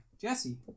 Jesse